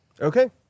okay